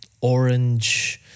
orange